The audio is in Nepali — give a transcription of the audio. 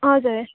हजुर